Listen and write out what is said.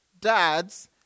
dads